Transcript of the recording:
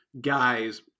guys